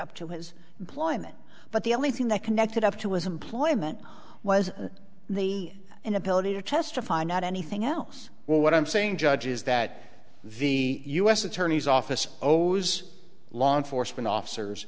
up to his employment but the only thing that connected up to his employment was the inability to testify not anything else well what i'm saying judge is that the u s attorney's office oh those law enforcement officers